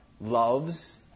loves